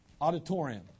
Auditorium